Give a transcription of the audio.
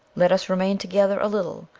let us remain together a little,